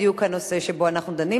וזה בדיוק הנושא שבו אנחנו דנים.